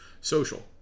Social